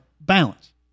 balance